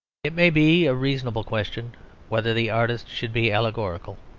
it may be a reasonable question whether the artist should be allegorical.